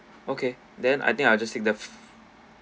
okay then I think I'll just take the